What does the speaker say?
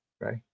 right